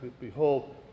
Behold